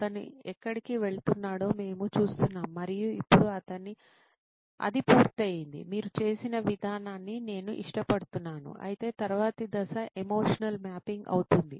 అతను ఎక్కడికి వెళుతున్నాడో మేము చూస్తున్నాము మరియు ఇప్పుడు అది పూర్తయింది మీరు చేసిన విధానాన్ని నేను ఇష్టపడుతున్నాను అయితే తరువాతి దశ ఎమోషనల్ మ్యాపింగ్ అవుతుంది